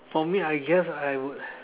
for me I guess I would